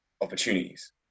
opportunities